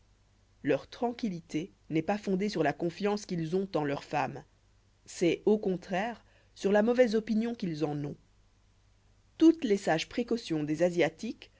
leur tranquillité n'est pas fondée sur la confiance qu'ils ont en leurs femmes c'est au contraire sur la mauvaise opinion qu'ils en ont toutes les sages précautions des asiatiques